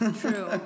True